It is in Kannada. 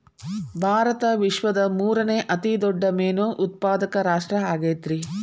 ಭಾರತ ವಿಶ್ವದ ಮೂರನೇ ಅತಿ ದೊಡ್ಡ ಮೇನು ಉತ್ಪಾದಕ ರಾಷ್ಟ್ರ ಆಗೈತ್ರಿ